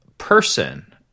person